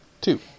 Two